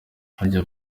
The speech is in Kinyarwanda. harya